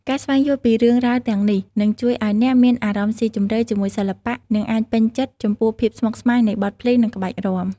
ការស្វែងយល់ពីរឿងរ៉ាវទាំងនេះ នឹងជួយឱ្យអ្នកមានអារម្មណ៍ស៊ីជម្រៅជាមួយសិល្បៈ និងអាចពេញចិត្តចំពោះភាពស្មុគស្មាញនៃបទភ្លេង និងក្បាច់រាំ។